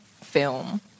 film